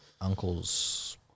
uncle's